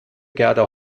gerda